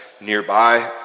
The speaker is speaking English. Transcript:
nearby